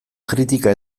kritika